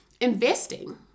investing